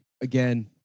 Again